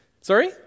Sorry